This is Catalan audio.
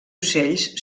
ocells